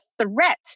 threat